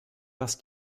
parce